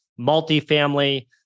multifamily